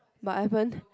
but haven't